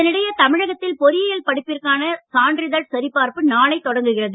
இதனிடையே தமிழகத்தில் பொறியியல் படிப்பிற்கான சான்றிதழ் சரிபார்ப்பு நாளை தொடங்குகிறது